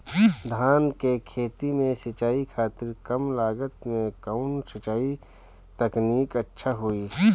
धान के खेती में सिंचाई खातिर कम लागत में कउन सिंचाई तकनीक अच्छा होई?